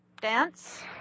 Dance